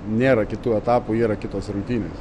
nėra kitų etapų yra kitos rungtynės